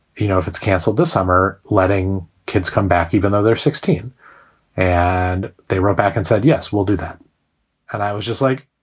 you know, if it's canceled this summer, letting kids come back even though they're sixteen and they wrote back and said, yes, we'll do that and i was just like,